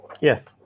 Yes